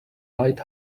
light